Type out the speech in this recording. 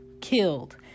killed